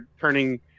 turning